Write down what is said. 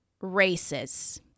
races